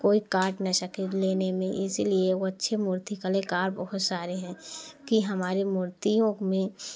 कोई काट न सके लेने में इसी लिए वह अच्छी मूर्ति कलाकार बहुत सारे हैं कि हमारे मूर्तियों में